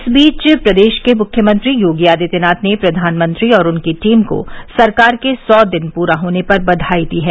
इस बीच प्रदेश के मुख्यमंत्री योगी आदित्यनाथ ने प्रधानमंत्री और उनकी टीम को सरकार के सौ दिन पूरा होने पर बधाई दी है